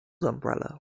umbrella